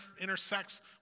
intersects